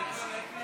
הודעה אישית.